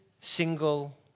single